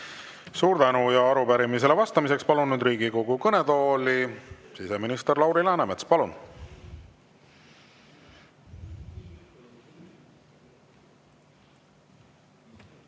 Suur tänu! Arupärimisele vastamiseks palun Riigikogu kõnetooli siseminister Lauri Läänemetsa. Palun!